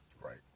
Right